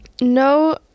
No